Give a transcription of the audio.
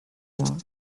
york